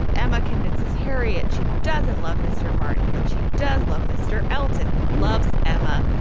emma convinces harriet. she doesn't love mr. martin, but she does love mr. elton, who loves emma,